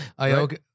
okay